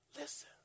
Listen